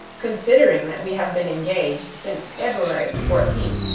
considering that we have been engaged since february the fourteenth,